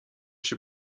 się